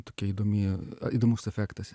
tokia įdomi ė įdomus efektas